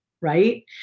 right